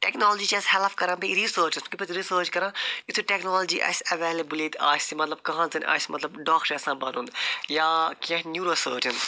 technology چھِ اَسہِ help کران بیٚیہِ ریٖسٲرٕچ رِسٲرٕچ کران یُتھہٕ ٹٮ۪کنالجی اَسہِ اٮ۪وٮ۪لیبٕل ییٚتہِ آسہِ مطلب کانٛہہ زَن آسہِ مطلب ڈاکٹر یَژھان بنُن یا کیٚنٛہہ نیوٗرو سٔرجَن